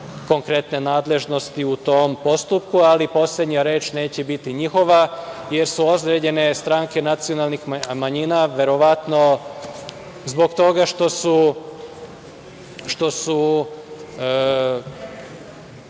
konkretne nadležnosti u tom postupku, ali poslednja reč neće biti njihova, jer su određene stranke nacionalnih manjina verovatno, zbog toga što su